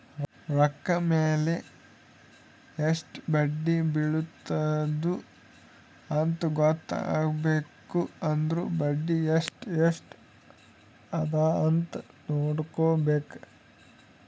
ರೊಕ್ಕಾ ಮ್ಯಾಲ ಎಸ್ಟ್ ಬಡ್ಡಿ ಬಿಳತ್ತುದ ಅಂತ್ ಗೊತ್ತ ಆಗ್ಬೇಕು ಅಂದುರ್ ಬಡ್ಡಿ ಎಸ್ಟ್ ಎಸ್ಟ್ ಅದ ಅಂತ್ ನೊಡ್ಕೋಬೇಕ್